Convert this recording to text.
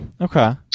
okay